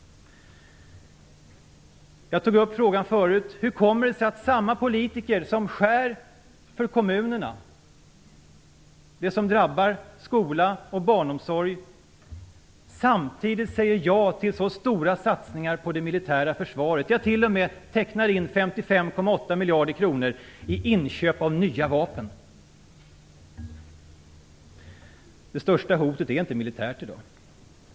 Jag tog upp denna fråga förut: Hur kommer det sig att samma politiker som skär i bidragen till kommunerna, i sådant som drabbar skola och barnomsorg, samtidigt säger ja till stora satsningar på det militära försvaret? De tecknar t.o.m. in 55,8 miljarder kronor för inköp av nya vapen! Det största hotet är inte militärt i dag.